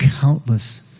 countless